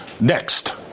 next